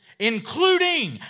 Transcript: including